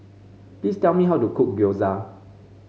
please tell me how to cook Gyoza